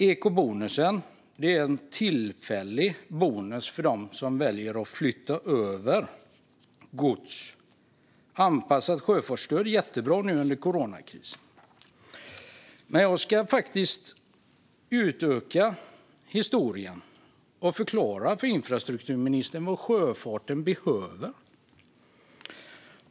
Ekobonusen är en tillfällig bonus för dem som väljer att flytta över gods. Anpassat sjöfartsstöd är jättebra under coronakrisen. Men jag ska utöka historien och förklara för infrastrukturministern vad sjöfarten behöver.